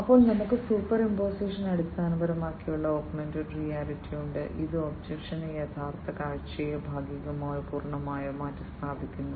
അപ്പോൾ നമുക്ക് സൂപ്പർഇമ്പോസിഷൻ അടിസ്ഥാനമാക്കിയുള്ള ഓഗ്മെന്റഡ് റിയാലിറ്റി ഉണ്ട് അത് ഒബ്ജക്റ്റിന്റെ യഥാർത്ഥ കാഴ്ചയെ ഭാഗികമായോ പൂർണ്ണമായോ മാറ്റിസ്ഥാപിക്കുന്നു